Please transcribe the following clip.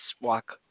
walk